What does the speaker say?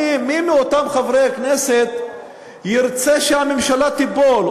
מי מאותם חברי הכנסת ירצה שהממשלה תיפול,